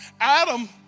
Adam